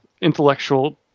intellectual